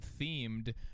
themed